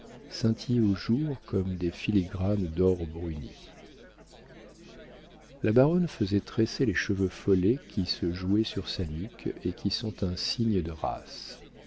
scintillait au jour comme des filigranes d'or bruni la baronne faisait tresser les cheveux follets qui se jouaient sur sa nuque et qui sont un signe de race